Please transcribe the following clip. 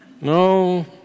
no